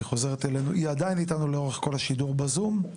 היא עדיין איתנו לאורך כל השידור בזום,